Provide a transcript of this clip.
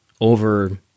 over